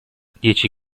dieci